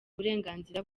uburenganzira